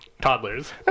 toddlers